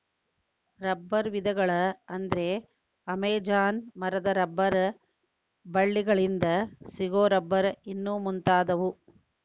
ರಬ್ಬರ ವಿಧಗಳ ಅಂದ್ರ ಅಮೇಜಾನ ಮರದ ರಬ್ಬರ ಬಳ್ಳಿ ಗಳಿಂದ ಸಿಗು ರಬ್ಬರ್ ಇನ್ನು ಮುಂತಾದವು